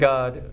God